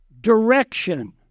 direction